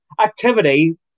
activity